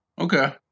Okay